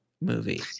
movie